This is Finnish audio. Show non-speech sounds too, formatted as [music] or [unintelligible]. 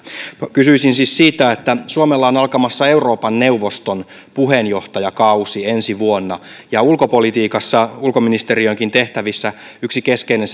kysyisin siis siitä että suomella on alkamassa euroopan neuvoston puheenjohtajakausi ensi vuonna ja ulkopolitiikassa ulkoministeriönkin tehtävissä yksi keskeinen [unintelligible]